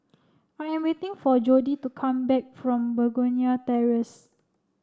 I am waiting for Jodie to come back from Begonia Terrace